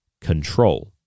control